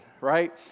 right